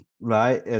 Right